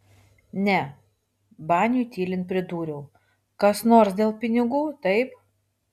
ne baniui tylint pridūriau kas nors dėl pinigų taip